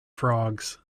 frogs